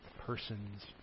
person's